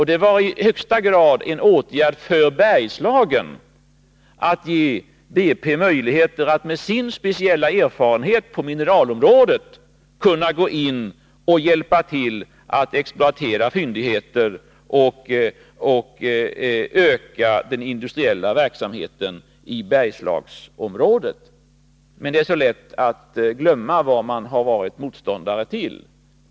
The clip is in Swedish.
Men det var i högsta grad en åtgärd för Bergslagen att BP gavs möjligheter att med sin speciella erfarenhet på mineralområdet exploatera fyndigheter och öka den industriella verksamheten i Bergslagsområdet. Det är emellertid så lätt att glömma vad man har varit motståndare till.